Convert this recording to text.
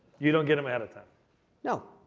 you don't get them ahead of time. no.